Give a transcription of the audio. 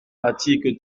l’article